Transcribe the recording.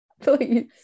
please